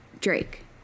drake